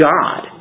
God